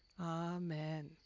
Amen